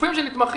הגופים שנתמכים,